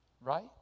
Right